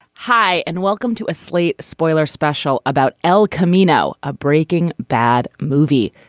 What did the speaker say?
hi and welcome to a slate spoiler special about el camino a breaking bad movie.